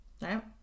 right